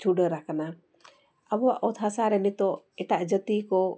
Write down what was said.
ᱪᱷᱩᱰᱟᱹᱨ ᱟᱠᱟᱱᱟ ᱟᱵᱚᱣᱟᱜ ᱚᱛ ᱦᱟᱥᱟ ᱨᱮ ᱱᱤᱛᱚᱜ ᱮᱴᱟᱜ ᱡᱟᱹᱛᱤ ᱠᱚ